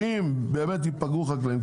שאם ייפגעו חקלאים,